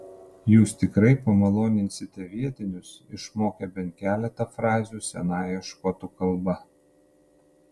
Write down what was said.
jūs tikrai pamaloninsite vietinius išmokę bent keletą frazių senąją škotų kalba